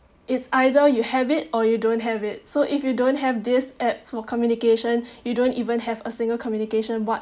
it's either you have it or you don't have it so if you don't have this app for communication you don't even have a single communication what